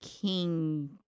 king